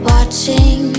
Watching